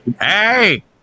Hey